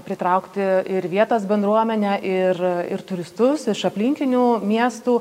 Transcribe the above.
pritraukti ir vietos bendruomenę ir ir turistus iš aplinkinių miestų